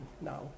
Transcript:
now